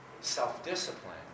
self-discipline